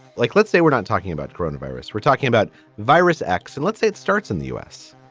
like, let's say we're not talking about corona virus, we're talking about virus x and let's say it starts in the u s.